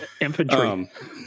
infantry